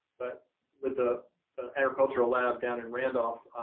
but with the agricultural lab down in randolph.